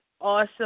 awesome